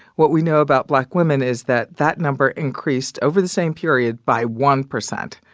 what we know about black women is that that number increased over the same period by one percent.